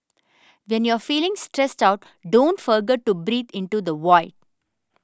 when you are feeling stressed out don't forget to breathe into the void